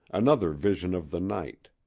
another vision of the night.